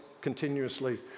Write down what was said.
continuously